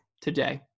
today